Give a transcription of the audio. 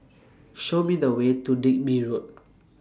Show Me The Way to Digby Road